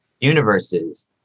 universes